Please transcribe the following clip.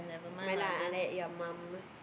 mind lah let your mum